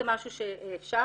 זה משהו שאפשר,